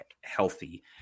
healthy